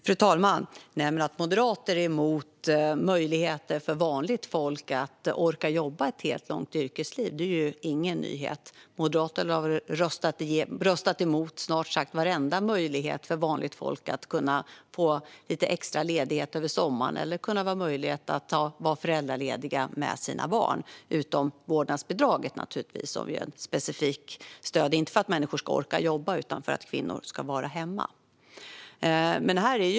Fru talman! Att moderater är emot möjligheter för vanligt folk att orka jobba ett helt långt yrkesliv är ingen nyhet. Moderaterna har röstat emot snart sagt varenda möjlighet för vanligt folk att få lite extra ledighet under sommaren eller att kunna vara föräldralediga med sina barn. Detta gäller naturligtvis inte vårdnadsbidraget som är ett specifikt stöd, inte för att människor ska orka jobba utan för att kvinnor ska vara hemma.